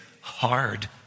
hard